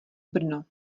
brno